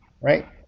right